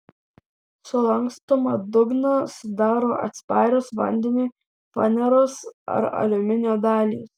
sulankstomą dugną sudaro atsparios vandeniui faneros ar aliuminio dalys